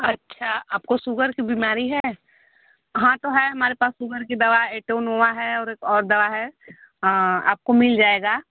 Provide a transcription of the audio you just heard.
अच्छा आपको सुगर की बीमारी है हाँ तो है हमारे पास सूगर की दवा एटोनोआ है और एक और दवा है हाँ आपको मिल जाएगा